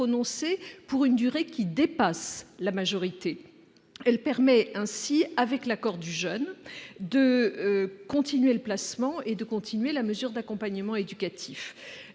pour une durée qui dépasse la majorité. Elle permet ainsi, avec l'accord du jeune, de poursuivre le placement et de continuer la mesure d'accompagnement éducatif.